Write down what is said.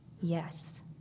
Yes